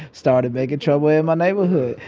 started makin' trouble in my neighborhood.